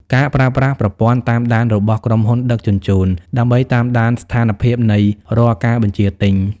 ការប្រើប្រាស់ប្រព័ន្ធតាមដានរបស់ក្រុមហ៊ុនដឹកជញ្ជូន ដើម្បីតាមដានស្ថានភាពនៃរាល់ការបញ្ជាទិញ។